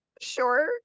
sure